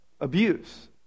abuse